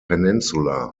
peninsula